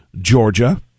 Georgia